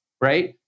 right